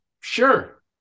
sure